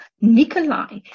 Nikolai